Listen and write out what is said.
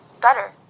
better